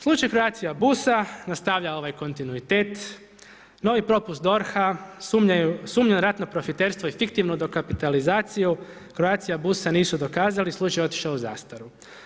Slučaj Croatia busa, nastavlja ovaj kontinuitet, novi propust DORHA-a sumnja na ratno profiterstvo i fiktivno dokapitalizaciju Croatia busa nisu dokazali, slučaj otišao u zastaru.